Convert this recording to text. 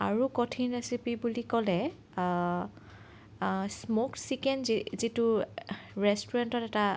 আৰু কঠিন ৰেচিপি বুলি ক'লে স্ম'ক চিকেন যি যিটো ৰেষ্টুৰেণ্টত এটা